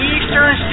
Eastern